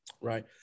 Right